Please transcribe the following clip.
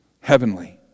heavenly